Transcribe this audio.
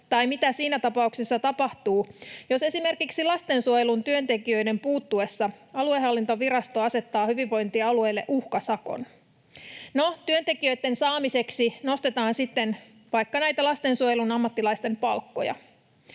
Tai mitä siinä tapauksessa tapahtuu, jos esimerkiksi lastensuojelun työntekijöiden puuttuessa aluehallintovirasto asettaa hyvinvointialueille uhkasakon? No, työntekijöitten saamiseksi nostetaan sitten vaikka näitä lastensuojelun ammattilaisten palkkoja.